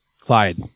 Clyde